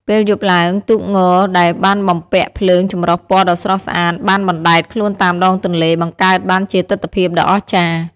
ពេលយប់ឡើង ទូកងដែលបានបំពាក់ភ្លើងចម្រុះពណ៌ដ៏ស្រស់ស្អាត បានបណ្ដែតខ្លួនតាមដងទន្លេ បង្កើតបានជាទិដ្ឋភាពដ៏អស្ចារ្យ។